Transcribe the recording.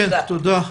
תודה.